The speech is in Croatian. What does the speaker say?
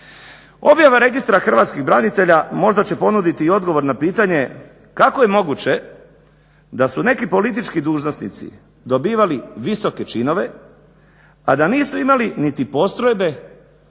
Objava Registra hrvatskih branitelja možda će ponuditi i odgovor na pitanje kako je moguće da su neki politički dužnosnici dobivali visoke činove, a da nisu imali niti postrojbe,